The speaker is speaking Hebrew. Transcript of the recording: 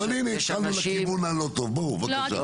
אבל הנה התחלנו בכיוון הלא טוב, הנה בבקשה.